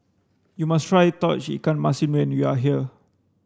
you must try Tauge Ikan Masin when you are here